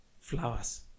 flowers